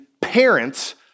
parents